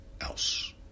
else